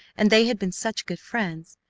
and they had been such good friends!